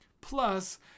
plus